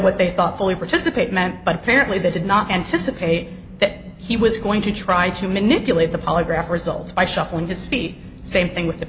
what they thought fully participate meant but apparently they did not anticipate that he was going to try to manipulate the polygraph results by shuffling to speak same thing with the